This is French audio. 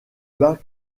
bas